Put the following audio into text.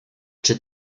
czy